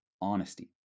honesty